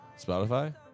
Spotify